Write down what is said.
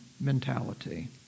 mentality